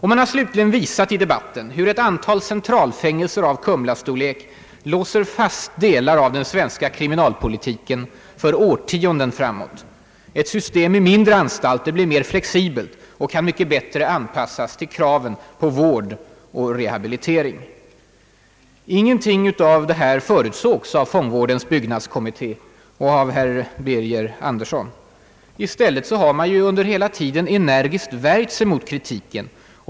Man har slutligen i debatten visat, hur ett antal centralfängelser av Kumla-storlek låser fast delar av den svenska kriminalpolitiken för årtionden framåt. Ett system med mindre anstalter blir mera flexibelt och kan mycket bättre anpassas till kraven på vård och rehabilitering. Ingenting av detta förutsågs av fångvårdens byggnadskommitté och av herr Birger Andersson. I stället har man ju under hela tiden energiskt värjt sig mot kritiken.